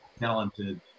talented